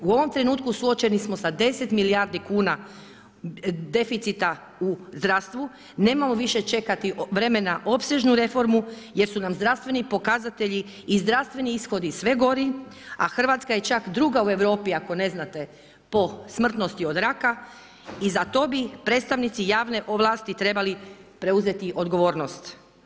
U ovom trenutku suočeni smo sa deset milijardi kuna deficita u zdravstvu, nemamo više čekati vremena opsežnu reformu jer su nam zdravstveni pokazatelji i zdravstveni ishodi sve gori, a Hrvatska je čak 2. u Europi ako ne znate po smrtnosti od raka i za to bi predstavnici javne ovlasti trebali preuzeti odgovornost.